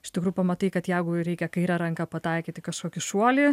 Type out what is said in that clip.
iš tikrųjų pamatai kad jeigu ir reikia kaire ranka pataikyti kažkokį šuolį